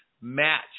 match